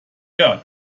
her